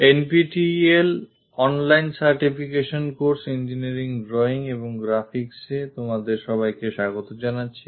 N P T E L online certification course engineering drawing এবং গ্রাফিক্সে তোমাদের সবাইকে স্বাগত জানাচ্ছি